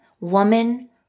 woman